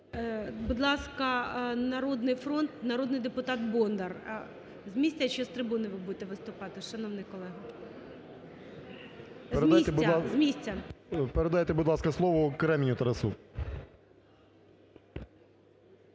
Будь ласка, "Народний фронт", народний депутат Бондар. З місця чи з трибуни ви будете виступати, шановний колего? З місця, з місця. 11:20:34 БОНДАР М.Л. Передайте, будь ласка, слово Креміню Тарасу.